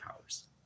powers